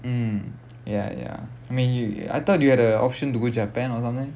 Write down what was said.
mm ya ya I mean you I thought you had the option to go japan or something